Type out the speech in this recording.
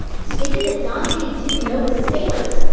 and stated that dante didn't know his assailants.